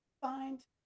Find